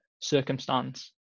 circumstance